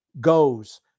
goes